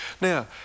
Now